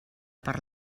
per